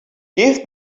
give